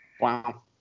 Wow